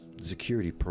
Security